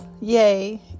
Yay